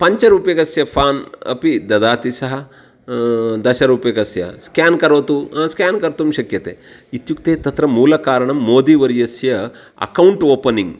पञ्चरूप्यकस्य फ़ान् अपि ददाति सः दशरूप्यकस्य स्क्यान् करोतु स्कान् कर्तुं शक्यते इत्युक्ते तत्र मूलकारणं मोदिवर्यस्य अकौण्ट् ओपनिङ्ग्